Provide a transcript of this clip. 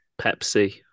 Pepsi